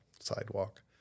sidewalk